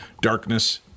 Darkness